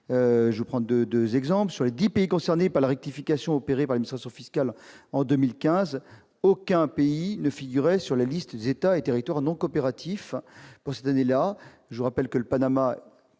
Je vous donne deux exemples. Sur les dix pays concernés par la rectification opérée par l'administration fiscale en 2015, aucun ne figurait sur la liste des États et territoires non coopératifs. Je vous rappelle que le Panama